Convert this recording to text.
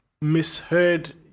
misheard